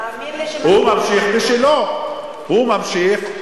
תאמין לי, הוא ממשיך בשלו.